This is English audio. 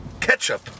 ketchup